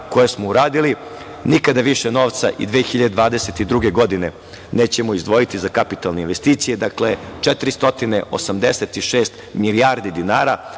koje smo uradili, nikada više novca i 2022. godine nećemo izdvojiti za kapitalne investicije. Dakle, 486 milijardi dinara.